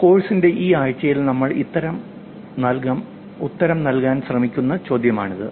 കോഴ്സിന്റെ ഈ ആഴ്ചയിൽ നമ്മൾ ഉത്തരം നൽകാൻ ശ്രമിക്കുന്ന ചോദ്യമാണിത്